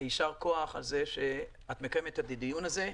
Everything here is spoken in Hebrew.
יישר כוח על כך שאת מקיימת את הדיון הזה.